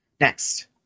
Next